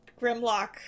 Grimlock